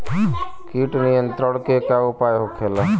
कीट नियंत्रण के का उपाय होखेला?